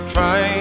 Try